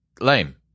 Lame